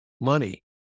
money